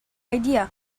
idea